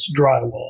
drywall